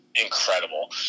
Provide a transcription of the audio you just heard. incredible